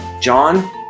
John